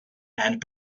and